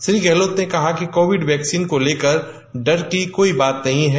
श्री गहलोत ने कहा कि कोविड वैक्सीन को लेकर डर की कोई बात नहीं है